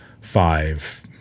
five